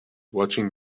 watching